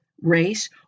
race